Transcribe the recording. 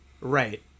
Right